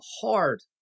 Hard